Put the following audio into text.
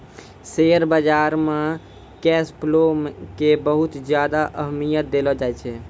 share बाजार मे cash flow के बहुत ज्यादा अहमियत देलो जाए छै